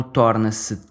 torna-se